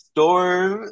Storm